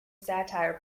satire